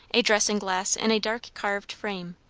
a dressing-glass in a dark carved frame,